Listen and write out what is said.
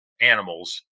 animals